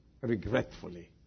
regretfully